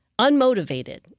unmotivated